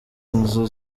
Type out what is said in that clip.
inzu